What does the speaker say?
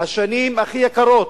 השנים הכי יקרות,